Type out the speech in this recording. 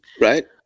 Right